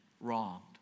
wronged